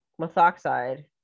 methoxide